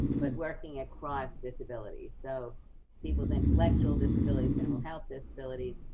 but working across disabilities. so people with intellectual disabilities, mental health disabilities,